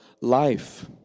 life